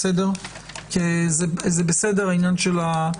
זה בסדר רופא,